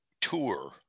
tour